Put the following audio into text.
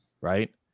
right